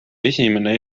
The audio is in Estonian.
esimene